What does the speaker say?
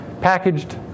packaged